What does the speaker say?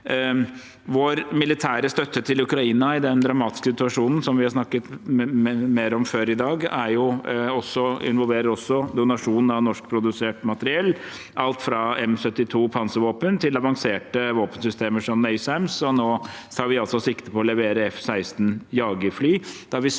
Vår militære støtte til Ukraina i denne dramatiske situasjonen, som vi har snakket mer om før i dag, involverer også donasjon av norskprodusert materiell, alt fra M72 panservåpen til avanserte våpensystemer som NASAMS. Nå tar vi også sikte på å levere F-16-jagerfly,